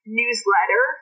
newsletter